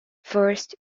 first